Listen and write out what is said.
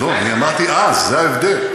לא, אני אמרתי אז, זה ההבדל.